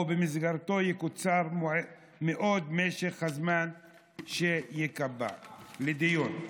ובמסגרתו יקוצר מאוד משך הזמן שייקבע לדיון.